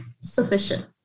sufficient